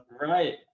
right